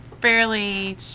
fairly